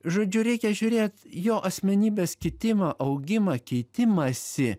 žodžiu reikia žiūrėt jo asmenybės kitimą augimą keitimąsi